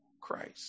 Christ